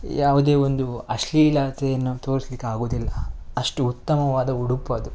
ಯಾವುದೇ ಒಂದು ಅಶ್ಲೀಲತೆಯನ್ನು ತೋರ್ಸ್ಲಿಕ್ಕೆ ಆಗುವುದಿಲ್ಲ ಅಷ್ಟು ಉತ್ತಮವಾದ ಉಡುಪು ಅದು